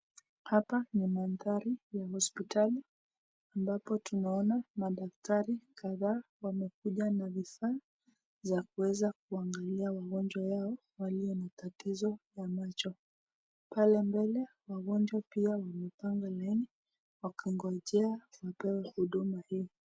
Hapa ni maandari ya hospitali ambapo tunaona madaktari kadhaa wamekuja na vifaa za kuweza kuangalia wagonjwa wao walio na tatizo kwa macho. Pale mbele wagonjwa pia wamepanga laini wakingojea kupewa huduma hii.